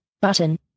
button